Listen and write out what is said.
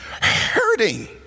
hurting